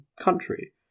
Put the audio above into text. country